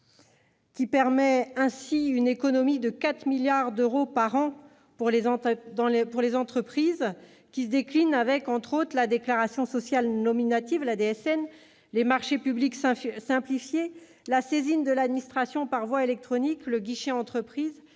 ». Source d'une économie de 4 milliards d'euros par an pour les entreprises, ce programme se décline à travers, notamment, la déclaration sociale nominative, la DSN, les marchés publics simplifiés, la saisine de l'administration par voie électronique et le guichet Entreprises.